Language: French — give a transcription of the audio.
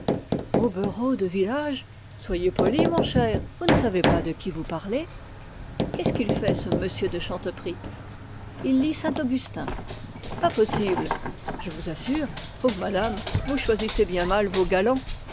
hobereau de village soyez poli mon cher vous ne savez pas de qui vous parlez qu'est-ce qu'il fait ce m de chanteprie il lit saint augustin pas possible je vous assure oh madame vous choisissez bien mal vos galants